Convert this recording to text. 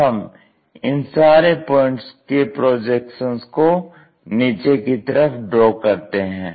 अब हम इन सारे पॉइंट्स के प्रोजेक्शन्स को नीचे की तरफ ड्रॉ करते हैं